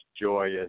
joyous